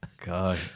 God